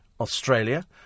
Australia